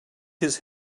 his